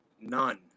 none